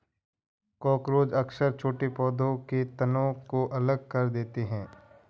cockroach अक्सर छोटे पौधों के तनों को अलग कर देते हैं